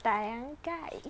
da yang gai